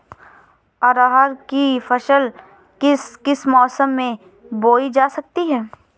अरहर की फसल किस किस मौसम में बोई जा सकती है?